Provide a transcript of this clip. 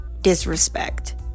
disrespect